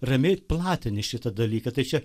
ramiai platini šitą dalyką tai čia